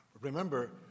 Remember